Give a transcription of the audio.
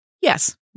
Yes